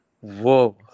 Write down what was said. Whoa